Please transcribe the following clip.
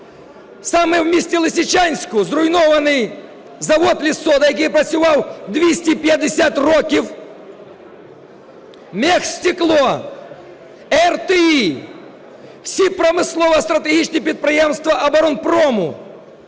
Саме в місті Лисичанську зруйнований завод "Лиссода", який працював 250 років. "Мехстекло", РТИ – всі промислові стратегічні підприємства Оборонпрому.